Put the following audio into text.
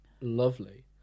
lovely